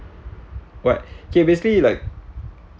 what okay basically like